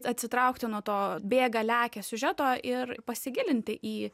atsitraukti nuo to bėga lekia siužeto ir pasigilinti į